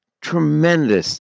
Tremendous